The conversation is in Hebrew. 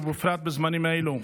ובפרט בזמנים אלו.